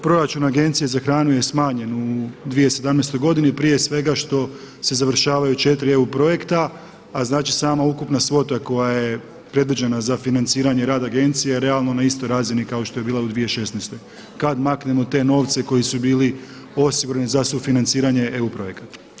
Proračun Agencije za hranu je smanjen u 2017. godini prije svega što se završavaju 4 EU projekta, a sama ukupna svota koja je predviđena za financiranje rada agencije realno je na istoj razini kao što je bila u 2016. godini kad maknemo te novce koji su bili osigurani za sufinanciranje EU projekata.